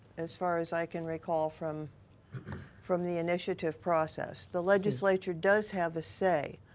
as far as i can recall from from the initiative process. the legislature does have a say.